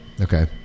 Okay